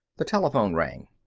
the telephone rang.